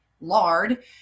lard